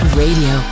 radio